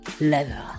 leather